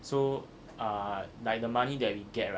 so uh like the money that we get right